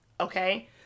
okay